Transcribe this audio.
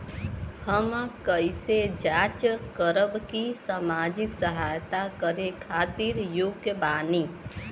हम कइसे जांच करब की सामाजिक सहायता करे खातिर योग्य बानी?